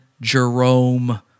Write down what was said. Jerome